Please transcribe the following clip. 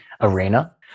arena